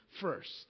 first